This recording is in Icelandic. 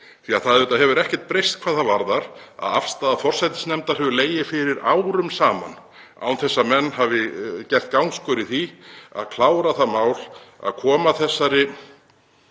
hefur auðvitað ekkert breyst hvað það varðar að afstaða forsætisnefndar hefur legið fyrir árum saman án þess að menn hafi gert gangskör í því að klára það mál að koma þessu